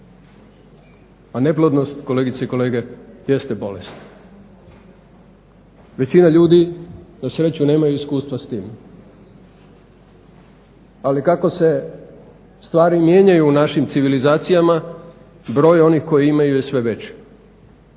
A neplodnost, kolegice i kolege, jeste bolest. Većina ljudi nasreću nemaju iskustva s tim. Ali kako se stvari mijenjaju u našim civilizacijama broj onih koji imaju je sve veći.